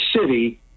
city